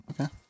Okay